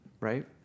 right